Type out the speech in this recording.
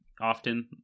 often